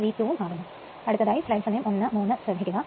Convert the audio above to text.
ഈ കാണുന്നത് V ഉം ആകുന്നു